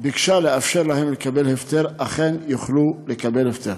ביקשה לאפשר להם לקבל הפטר אכן יוכלו לקבל הפטר.